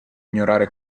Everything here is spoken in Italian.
ignorare